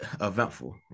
eventful